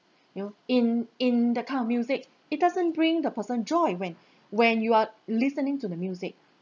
you know in in that kind of music it doesn't bring the person joy when when you are listening to the music